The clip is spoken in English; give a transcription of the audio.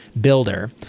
builder